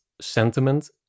sentiment